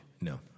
No